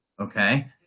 Okay